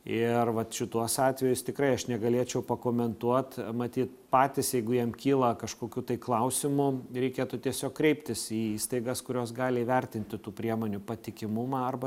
ir vat šituos atvejus tikrai aš negalėčiau pakomentuot matyt patys jeigu jiem kyla kažkokių tai klausimų reikėtų tiesiog kreiptis į įstaigas kurios gali įvertinti tų priemonių patikimumą arba